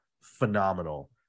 phenomenal